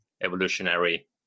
evolutionary